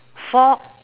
for